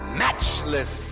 matchless